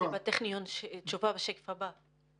התשובה בשקף הבא.